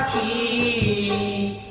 e